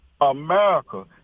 America